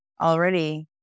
already